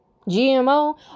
GMO